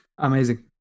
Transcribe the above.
Amazing